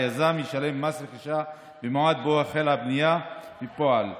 היזם ישלם מס רכישה במועד שבו החלה הבנייה בפועל,